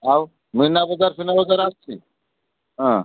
ଆଉ ମିନା ବଜାର ଫିନା ବଜାର ଆସିଛି ହଁ